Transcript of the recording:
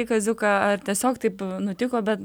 į kaziuką ar tiesiog taip nutiko bet